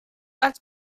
als